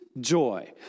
joy